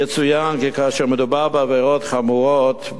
יצוין כי כאשר מדובר בעבירות חמורות,